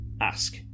ask